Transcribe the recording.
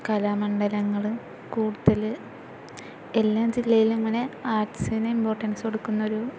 കലാമണ്ഡലങ്ങള് കൂടുതല് എല്ലാ ജില്ലയിലും ഇങ്ങനെ ആര്ട്സ്ന് ഇംപോര്ട്ടന്സ് കൊടുക്കുന്നൊരു